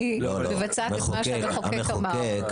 אני מבצעת את מה שהמחוקק אמר.